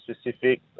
specific